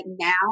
now